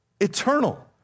eternal